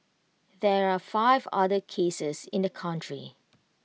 there are five other cases in the country